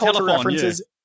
references